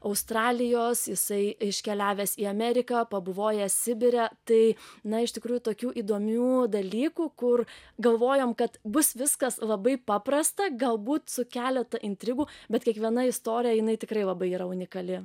australijos jisai iškeliavęs į ameriką pabuvojęs sibire tai na iš tikrųjų tokių įdomių dalykų kur galvojom kad bus viskas labai paprasta galbūt su keleta intrigų bet kiekviena istorija jinai tikrai labai yra unikali